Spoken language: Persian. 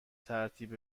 ترتیب